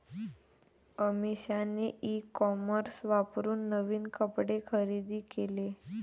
अमिषाने e commerce वापरून नवीन कपडे खरेदी केले